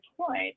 point